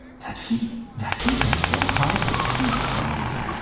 that he that he could so hide the truth from me!